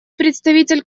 представитель